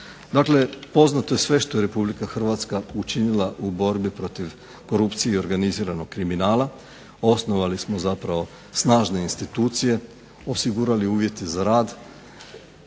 Dakle, poznato je sve što je Republika Hrvatska učinila u borbi protiv korupcije i organiziranog kriminala. Osnovali smo zapravo snažne institucije, osigurali uvjete za rad,